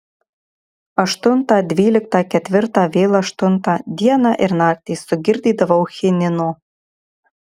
aštuntą dvyliktą ketvirtą vėl aštuntą dieną ir naktį sugirdydavau chinino